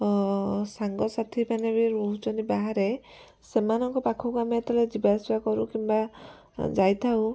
ମୋ ସାଙ୍ଗସାଥିମାନେ ବି ରହୁଛନ୍ତି ବାହାରେ ସେମାନଙ୍କ ପାଖକୁ ଆମେ ଯେତେବେଳେ ଯିବା ଆସିବା କରୁ କିମ୍ବା ଯାଇଥାଉ